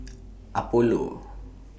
Apollo